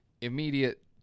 Immediate